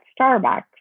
Starbucks